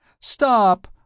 Stop